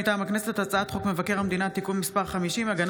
מטעם הכנסת: הצעת חוק מבקר המדינה (תיקון מס' 50) (הגנה